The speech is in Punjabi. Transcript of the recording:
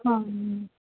ਹਾਂ